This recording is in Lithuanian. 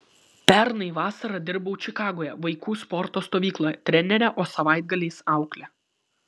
pernai vasarą dirbau čikagoje vaikų sporto stovykloje trenere o savaitgaliais aukle